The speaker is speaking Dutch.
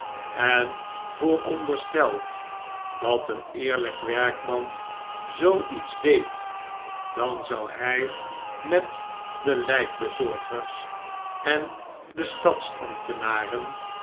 en voorondersteld dat een eeriyk werkman zoo iets deed dan zou hy met de lykbezorgers en de